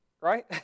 Right